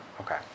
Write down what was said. Okay